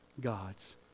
God's